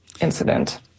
Incident